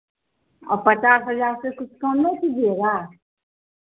और पचास हज़ार से कुछ कम नहीं कीजिएगा